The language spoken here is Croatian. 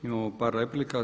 Imamo par replika.